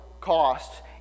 cost